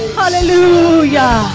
hallelujah